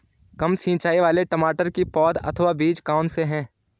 कम सिंचाई वाले टमाटर की पौध अथवा बीज कौन से हैं?